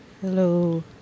Hello